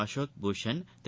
Ashok Bhushan Thiru